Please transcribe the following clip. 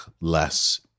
less